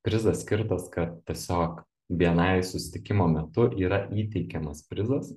prizas skirtas kad tiesiog bni susitikimo metu yra įteikiamas prizas